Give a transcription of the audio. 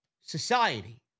Society